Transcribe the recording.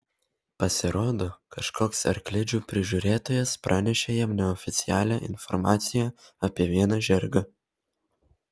pasirodo kažkoks arklidžių prižiūrėtojas pranešė jam neoficialią informaciją apie vieną žirgą